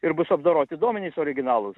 ir bus apdoroti duomenys originalūs